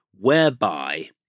whereby